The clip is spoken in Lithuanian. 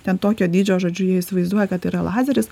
ten tokio dydžio žodžiu jie įsivaizduoja kad tai yra lazeris